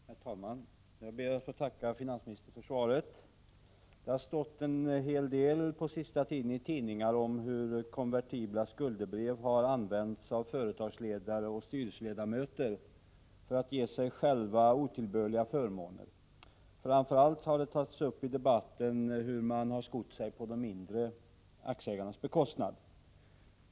Herr talman! Jag ber att få tacka finansministern för svaret. Under den senaste tiden har det stått en hel del i tidningarna om hur konvertibla skuldebrev har använts av företagsledare och styrelseledamöter för att ge sig själva otillbörliga förmåner. Framför allt har det i debatten skrivits om hur man skott sig på de mindre aktieägarnas bekostnad.